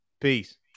peace